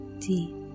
deep